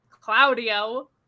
Claudio